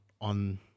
on